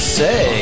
say